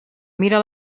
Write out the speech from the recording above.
mira